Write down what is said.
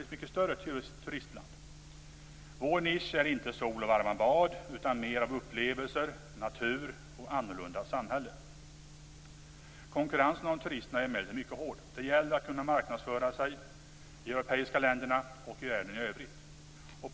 ett mycket större turistland. Vår nisch är inte sol och varma bad utan mer av upplevelser, natur och ett annorlunda samhälle. Konkurrensen om turisterna är emellertid mycket hård. Det gäller att kunna marknadsföra Sverige i de europeiska länderna och i övriga världen.